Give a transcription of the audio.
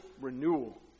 renewal